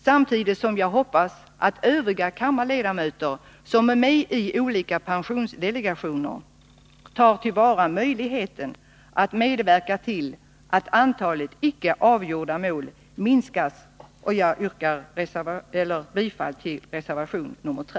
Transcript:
Jag hoppas också att övriga kammarledamöter som ingår i olika pensionsdelegationer tar till vara möjligheten att medverka till att antalet icke avgjorda mål minskas. Jag yrkar bifall till reservation nr 3.